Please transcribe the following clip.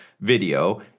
video